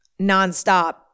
nonstop